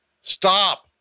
stop